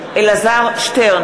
שי,